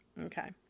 Okay